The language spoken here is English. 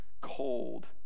cold